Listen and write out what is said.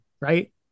Right